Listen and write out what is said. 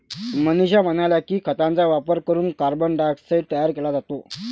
मनीषा म्हणाल्या की, खतांचा वापर करून कार्बन डायऑक्साईड तयार केला जातो